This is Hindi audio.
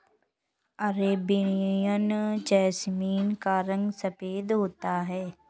अरेबियन जैसमिन का रंग सफेद होता है